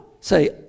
Say